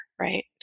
right